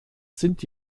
sind